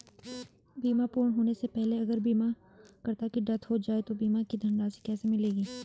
बीमा पूर्ण होने से पहले अगर बीमा करता की डेथ हो जाए तो बीमा की धनराशि किसे मिलेगी?